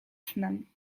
snem